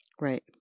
Right